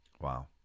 wow